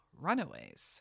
runaways